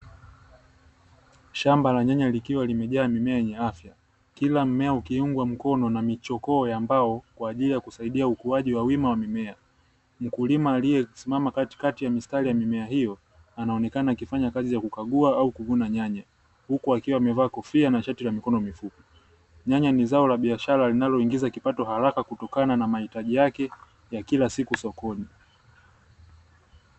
Shamba la nyanya likiwa limejaa mimea yenye afya. Kila mmea ukiungwa mkono na michokoo ya mbao kwa ajili ya kusaidia ukuaji wa wima wa mimea. Mkulima aliyesimama katikati ya mistari ya mimea hiyo anaonekana akifanya kazi ya kukagua au kuvuna nyanya. Huku akiwa amevaa kofia na shati la mikono mifupi. Nyanya ni zao la kibiashara linaloingiza kipato haraka kutokana na mahitaji yake ya kila siku sokoni.